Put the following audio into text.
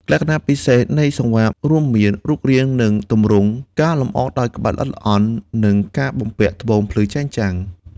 គ្រឿងអលង្ការនេះ ជាទូទៅត្រូវបានពាក់ដោយ តួអង្គនាដកា ក្នុងរបាំបុរាណ និង ស្តេច ឬតួអង្គសំខាន់ៗក្នុងព្រះរាជពិធីផ្សេងៗ ដើម្បីបញ្ជាក់ពីឋានៈ ភាពប្រណីត និងភាពរុងរឿង។